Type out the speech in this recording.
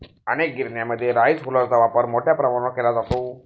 अनेक गिरण्यांमध्ये राईस हुलरचा वापर मोठ्या प्रमाणावर केला जातो